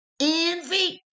envy